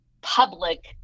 public